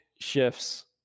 shifts